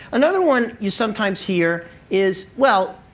another one you sometimes hear is, well,